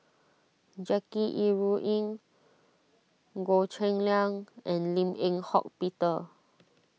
Jackie Yi Ru Ying Goh Cheng Liang and Lim Eng Hock Peter